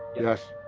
yes.